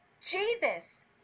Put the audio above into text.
Jesus